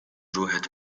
روحت